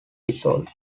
dissolved